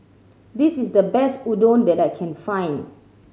this is the best Udon that I can find